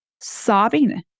sobbing